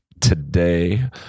today